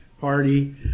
party